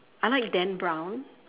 I like Dan Brown